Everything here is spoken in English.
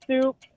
soup